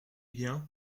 bien